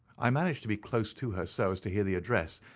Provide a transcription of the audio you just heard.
i managed to be close to her so as to hear the address,